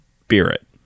spirit